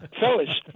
Fellas